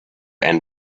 and